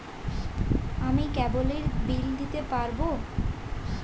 আমি কেবলের বিল দিতে পারবো?